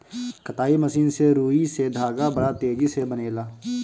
कताई मशीन से रुई से धागा बड़ा तेजी से बनेला